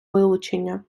вилучення